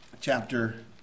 chapter